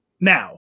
now